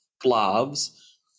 gloves